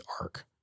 arc